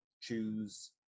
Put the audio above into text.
choose